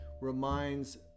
reminds